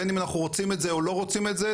בין אם אנחנו רוצים את זה או לרוצים את זה,